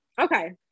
Okay